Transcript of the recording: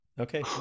okay